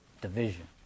division